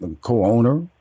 co-owner